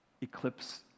eclipse